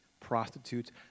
prostitutes